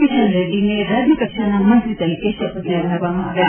કિશન રેડ્ડીને રાજ્યકક્ષાના મંત્રી તરીકે શપથ લેવડાવ્યા